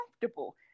comfortable